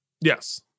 Yes